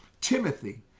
Timothy